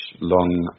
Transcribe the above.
Long